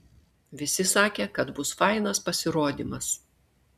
visi sakė kad bus fainas pasirodymas